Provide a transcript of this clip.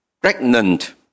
pregnant